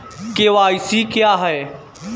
KYC क्या है?